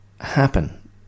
happen